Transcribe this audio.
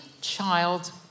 child